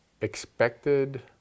expected